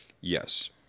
Yes